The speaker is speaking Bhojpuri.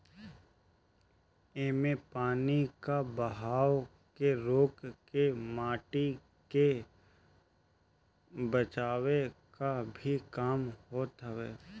इमे पानी कअ बहाव के रोक के माटी के बचावे कअ भी काम होत हवे